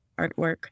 artwork